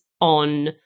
on